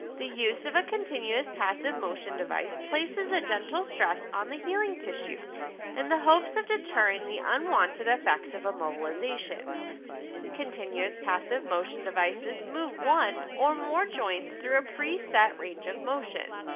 the use of a continuous passive motion device places a gentle stress on the healing tissue in and the hopes of deterring the unwanted effects of immobilization. continuous passive motion devices move one or more joints through a preset range of motion.